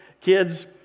kids